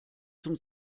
zum